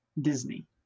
Disney